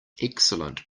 excellent